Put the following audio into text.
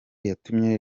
yatumye